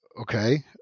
Okay